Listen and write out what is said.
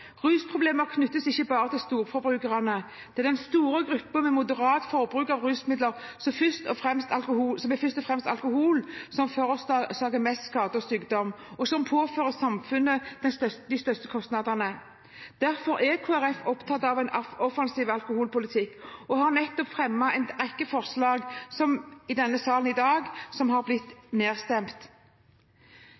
Rusproblemer knyttes ikke bare til storforbrukerne. Det er den store gruppen med moderat forbruk av rusmidler, som først og fremst er alkohol, som forårsaker mest skade og sykdom, og som påfører samfunnet de største kostnadene. Derfor er Kristelig Folkeparti opptatt av en offensiv alkoholpolitikk og har i dag nettopp vært med på å fremme en rekke forslag i denne sal som blir nedstemt.